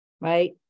right